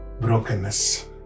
Brokenness